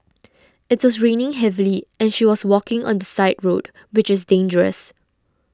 it was raining heavily and she was walking on the side road which is dangerous